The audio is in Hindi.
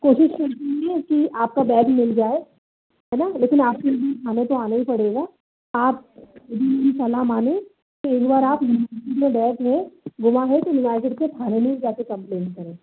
कोशिश की आपका बैग मिल जाए है ना लेकिन आप फिर भी थाने तो आने ही पड़ेगा आप यदि मेरी सलाह मानें तो एक बार आप अपने बैग में थाने में ही जा कर कमप्लेन करें